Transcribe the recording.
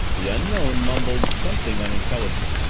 the unknown mumbled something unintelligible.